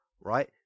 Right